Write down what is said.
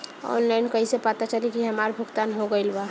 Online कईसे पता चली की हमार भुगतान हो गईल बा?